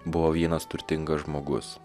buvo vienas turtingas žmogus